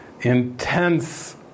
intense